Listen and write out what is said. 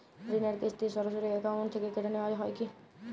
ঋণের কিস্তি সরাসরি অ্যাকাউন্ট থেকে কেটে নেওয়া হয় কি?